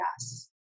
yes